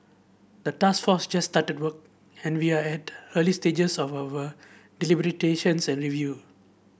the task force just started work and we are at early stages of our deliberations and review